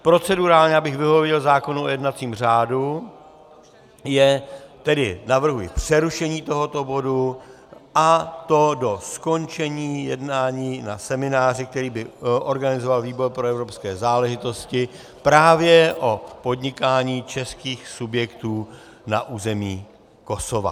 Procedurálně, abych vyhověl zákonu o jednacím řádu, tedy navrhuji přerušení tohoto bodu, a to do skončení jednání na semináři, který by organizoval výbor pro evropské záležitosti, právě o podnikání českých subjektů na území Kosova.